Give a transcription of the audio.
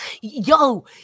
Yo